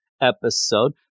episode